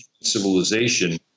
civilization